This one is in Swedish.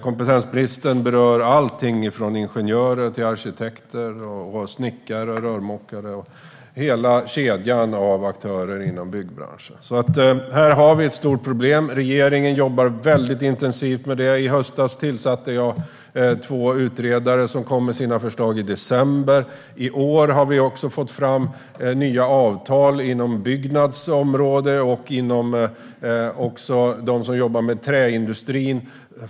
Kompetensbristen berör allt från ingenjörer till arkitekter, snickare och rörmokare - hela kedjan av aktörer inom byggbranschen. Här har vi ett stort problem. Regeringen jobbar intensivt med det. I höstas tillsatte jag två utredare, som kom med sina förslag i december. I år har vi fått fram nya avtal inom Byggnads område och när det gäller dem som jobbar med träindustrin.